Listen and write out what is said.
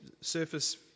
surface